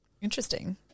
Interesting